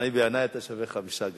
בעיני אתה שווה חמישה גם.